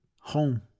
Home